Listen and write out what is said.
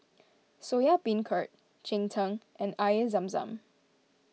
Soya Beancurd Cheng Tng and Air Zam Zam